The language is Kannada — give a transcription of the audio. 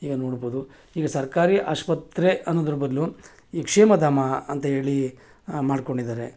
ಈಗ ನೋಡ್ಬೋದು ಈಗ ಸರ್ಕಾರಿ ಆಸ್ಪತ್ರೆ ಅನ್ನೋದ್ರ ಬದಲು ಈಗ ಕ್ಷೇಮಧಾಮ ಅಂತ ಹೇಳಿ ಮಾಡ್ಕೊಂಡಿದ್ದಾರೆ